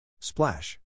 Splash